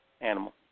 animal